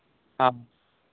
ᱦᱮᱸ